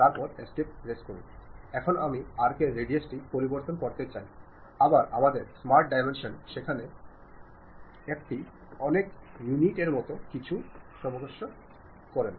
ഇടപാടുകാർ ഉപഭോക്താക്കൾ സർക്കാർ ഏജൻസികൾ തുടർന്ന് പൊതുജനങ്ങൾ എന്നിവരുമായി ഒരു ബന്ധം സ്ഥാപിക്കുകയും സംജാതമാക്കുകയും ചെയ്യുന്നു എന്നതാണ് ഒരു ബാഹ്യ ആശയവിനിമയം കൊണ്ട് ഉദ്ദേശിക്കുന്നത്